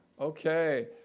Okay